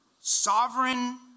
sovereign